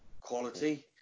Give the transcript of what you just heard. quality